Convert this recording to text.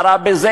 מה רע בזה?